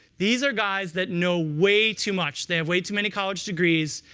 these are guys that know way too much, they have way too many college degrees.